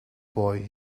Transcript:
boy